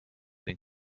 den